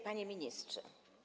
Panie Ministrze!